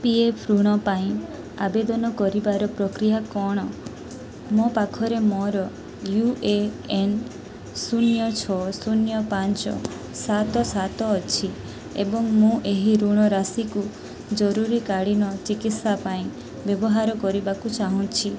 P F ଋଣ ପାଇଁ ଆବେଦନ କରିବାର ପ୍ରକ୍ରିୟା କ'ଣ ମୋ ପାଖରେ ମୋର ୟୁ ଏ ଏନ୍ ଶୂନ୍ୟ ଛଅ ଶୂନ୍ୟ ପାଞ୍ଚ ସାତ ସାତ ଅଛି ଏବଂ ମୁଁ ଏହି ଋଣ ରାଶିକୁ ଜରୁରୀକାଳୀନ ଚିକିତ୍ସା ପାଇଁ ବ୍ୟବହାର କରିବାକୁ ଚାହୁଁଛି